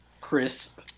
crisp